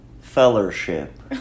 fellowship